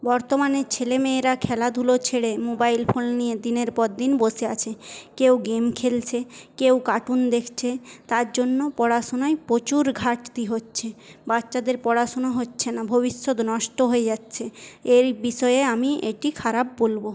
বর্তমানে ছেলেমেয়েরা খেলাধুলো ছেড়ে মোবাইল ফোন নিয়ে দিনের পর দিন বসে আছে কেউ গেম খেলছে কেউ কার্টুন দেখছে তার জন্য পড়াশোনায় প্রচুর ঘাটতি হচ্ছে বাচ্চাদের পড়াশুনো হচ্ছে না ভবিষ্যৎ নষ্ট হয়ে যাচ্ছে এর বিষয়ে আমি এটি খারাপ বলব